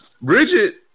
Bridget